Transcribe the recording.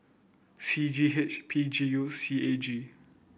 C G H P G U C A G